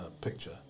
picture